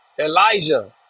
Elijah